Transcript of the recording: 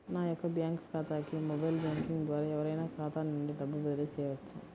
నా యొక్క బ్యాంక్ ఖాతాకి మొబైల్ బ్యాంకింగ్ ద్వారా ఎవరైనా ఖాతా నుండి డబ్బు బదిలీ చేయవచ్చా?